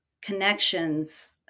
connections